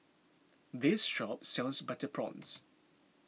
this shop sells Butter Prawns